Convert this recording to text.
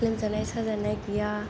लोमजानाय साजानाय गैया